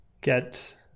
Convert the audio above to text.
get